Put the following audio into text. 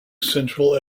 central